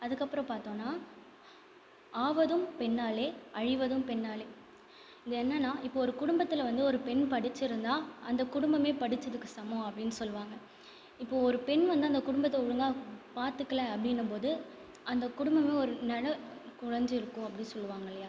அதுக்கப்புறம் பார்த்தோன்னா ஆவதும் பெண்ணாலே அழிவதும் பெண்ணாலே இது என்னன்னால் இப்போது ஒரு குடும்பத்தில் வந்து ஒரு பெண் படித்திருந்தா அந்த குடும்பமே படித்ததுக்கு சமம் அப்படின்னு சொல்லுவாங்க இப்போது ஒரு பெண் வந்து அந்த குடும்பத்தை ஒழுங்காக பார்த்துக்கல அப்படின்னும்போது அந்த குடும்பமே ஒரு நிலை கொலைஞ்சு இருக்கும் அப்படி சொல்லுவாங்க இல்லையா